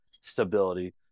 stability